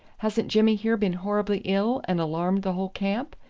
hasn't jimmy here been horribly ill, and alarmed the whole camp?